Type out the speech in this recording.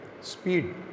speed